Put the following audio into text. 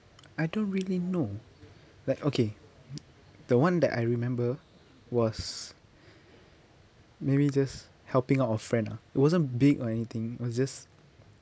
I don't really know like okay the one that I remember was maybe just helping out a friend lah it wasn't big or anything it was just